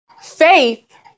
Faith